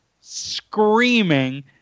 screaming